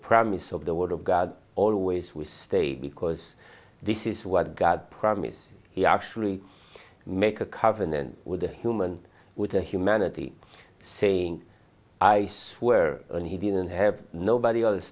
premise of the word of god always we stay because this is what god premise he actually make a covenant with a human with a humanity saying i swear and he didn't have nobody